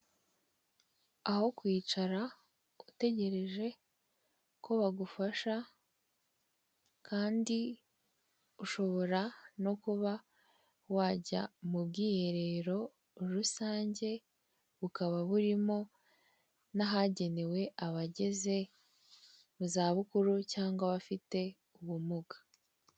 Aho kwicara utegereje ko bagufasha kandi ushobora no kuba wajya mu bwiherero rusange, bukaba burimo n'ahagenewe abageze mu za bukuru cyangwa abafite ubumuga.